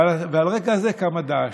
ועל רקע זה קמה דאעש.